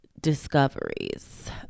discoveries